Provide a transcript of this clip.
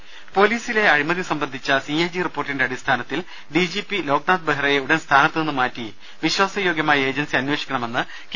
ദുദ പൊലീസിലെ അഴിമതി സംബന്ധിച്ച സി എ ജി റിപ്പോർട്ടിന്റെ അടിസ്ഥാനത്തിൽ ഡി ജി പി ലോക്നാഥ് ബെഹ്റയെ ഉടൻ സ്ഥാനത്തുനിന്ന് മാറ്റി വിശ്വാസയോഗ്യമായ ഏജൻസി അന്വേഷിക്കണമെന്ന് കെ